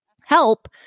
help